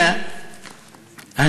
אני